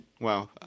Wow